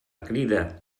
crida